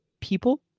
people